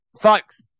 folks